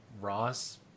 Ross